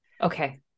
Okay